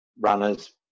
runners